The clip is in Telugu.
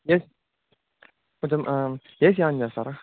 ఏ కొంచెం ఏసీ ఆన్ చేస్తారా